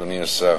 אדוני השר,